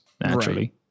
naturally